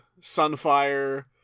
sunfire